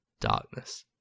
darkness